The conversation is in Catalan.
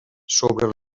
sobre